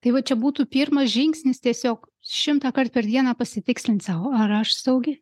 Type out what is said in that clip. tai va čia būtų pirmas žingsnis tiesiog šimtąkart per dieną pasitikslint sau ar aš saugi